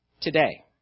today